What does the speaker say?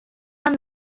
are